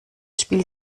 spielt